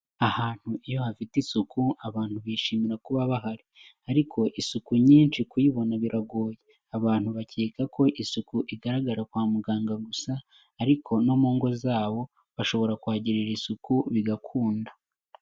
Ahantu iyo hagiye isuku abantu bishimira kuba bahari. Ariko isuku nyinshi kuyibona biragoye, abantu bakeka ko isuku nyinshi igaragara kwa muganga gusa ari no mu ngo zabo bashobora kuhagirira isuku bigakunda.